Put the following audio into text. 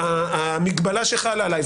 המגבלה שחלה עלי.